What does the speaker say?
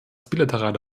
bilaterale